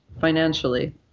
financially